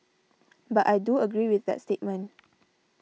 but I do agree with that statement